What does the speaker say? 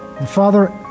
Father